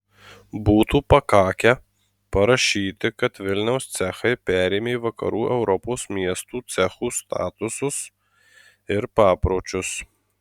būtų pakakę parašyti kad vilniaus cechai perėmė vakarų europos miestų cechų statusus ir papročius